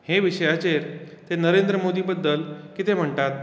हे विशयाचेर ते नरेंद्र मोदी बद्दल कितें म्हणटात